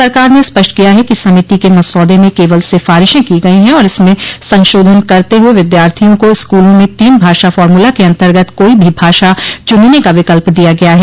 सरकार ने स्पष्ट किया है कि समिति के मसौदे में केवल सिफारिशें की गई हैं और इसमें संशोधन करते हुए विद्यार्थियों को स्कूलों में तीन भाषा फॉर्मूला के अंतर्गत कोई भी भाषा चुनने का विकल्प दिया गया है